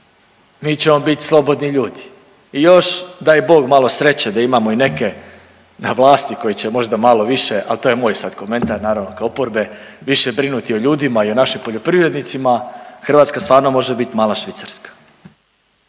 mi ćemo biti slobodni ljudi. I još daj Bog malo sreće da imamo i neke na vlasti koji će možda malo više, ali to je moj sad komentar naravno kao oporbe, više brinuti o ljudima i o našim poljoprivrednicima Hrvatska stvarno može biti mala Švicarska.